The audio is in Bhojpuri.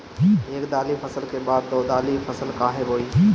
एक दाली फसल के बाद दो डाली फसल काहे बोई?